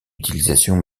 utilisation